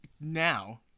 Now